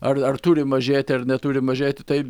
ar ar turi mažėti ar neturi mažėti tai